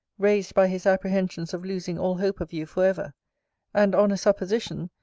raised by his apprehensions of losing all hope of you for ever and on a supposition,